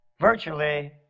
virtually